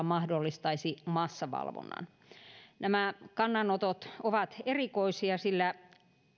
mahdollistaisi massavalvonnan nämä kannanotot ovat erikoisia sillä